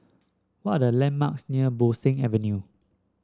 what are the landmarks near Bo Seng Avenue